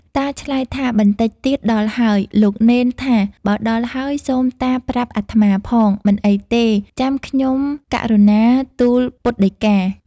តាឆ្លើយថា បន្តិចទៀតដល់ហើយ លោកនេនថាបើដល់ហើយ សូមតាប្រាប់អាត្មាផង មិនអីទេ ចាំខ្ញុំករុណាទូលពុទ្ធដីកា ។